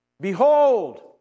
Behold